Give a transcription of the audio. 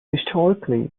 historically